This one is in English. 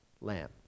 lamb